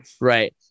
right